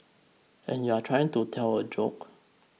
and you're trying to tell a joke